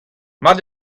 mat